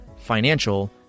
financial